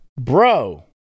bro